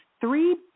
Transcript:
three